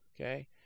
Okay